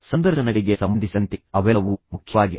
ಸಂದರ್ಶನಗಳಿಗೆ ಸಂಬಂಧಿಸಿದಂತೆ ಅವೆಲ್ಲವೂ ಮುಖ್ಯವಾಗಿವೆ